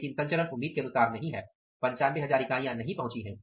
लेकिन संचरण उम्मीद के अनुसार नहीं है 95000 इकाइयां नहीं पहुंची हैं